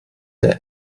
der